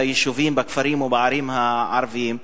ביישובים ובכפרים ובערים הערביים,